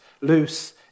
loose